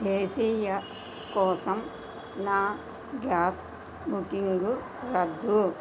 దేశీయ కోసం నా గ్యాస్ బుకింగు రద్దు